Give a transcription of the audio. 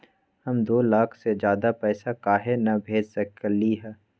हम दो लाख से ज्यादा पैसा काहे न भेज सकली ह?